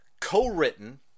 co-written